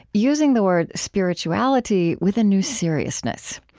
using the word spirituality with a new seriousness.